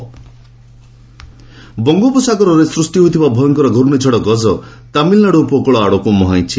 cyclone ବଙ୍ଗୋପସାଗରରେ ସୃଷ୍ଟି ହୋଇଥିବା ଭୟଙ୍କର ଘ୍ରର୍ଷିଝଡ଼ 'ଗଜ' ତାମିଲନାଡୁ ଉପକୂଳ ଆଡ଼କୁ ମୁହାଁଇଛି